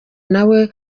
nawe